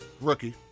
rookie